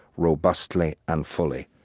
robustly and fully,